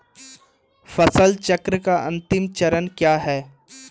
फसल चक्र का अंतिम चरण क्या है?